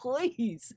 please